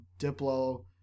Diplo